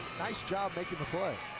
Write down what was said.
nice job making the play.